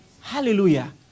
Hallelujah